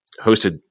hosted